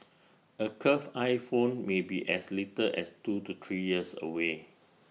A curved iPhone may be as little as two to three years away